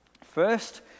First